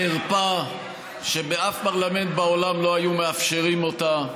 חרפה שבאף פרלמנט בעולם לא היו מאפשרים אותה.